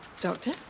Doctor